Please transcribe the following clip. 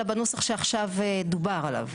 אלא בנוסח שעכשיו דובר עליו.